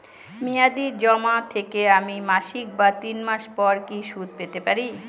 মেয়াদী জমা থেকে আমি মাসিক বা তিন মাস পর কি সুদ পেতে পারি?